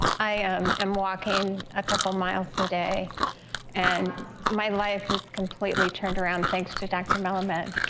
i am am walking a couple miles a day and my life has completely turned around. thanks to dr. melamed